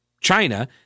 China